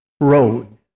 road